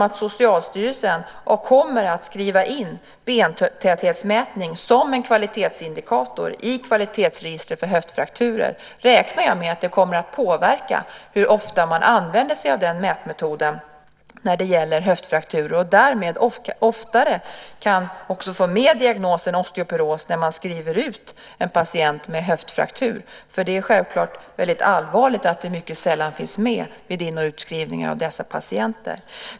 Att Socialstyrelsen kommer att skriva in bentäthetsmätning som en kvalitetsindikator i kvalitetsregister för höftfrakturer räknar jag med kommer att påverka hur ofta man använder sig av den mätmetoden när det gäller höftfrakturer och att man därmed oftare kan få med diagnosen osteoporos när man skriver ut en patient med höftfraktur. Det är självklart väldigt allvarligt att det mycket sällan finns med vid in och utskrivningar av dessa patienter.